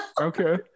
Okay